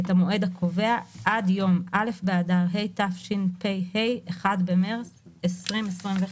את המועד הקובע עד יום א' באדר התשפ"ה (1 במרס 2025)."